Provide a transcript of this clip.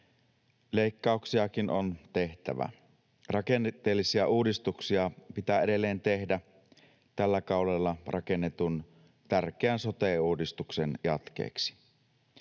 Leikkauksiakin on tehtävä. Rakenteellisia uudistuksia pitää edelleen tehdä tällä kaudella rakennetun tärkeän sote-uudistuksen jatkeeksi.